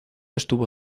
estuvo